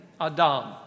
Adam